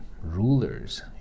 rulers